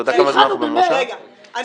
אתה יודע כמה זמן --- אני רוצה להגיד.